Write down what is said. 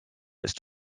ist